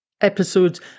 episodes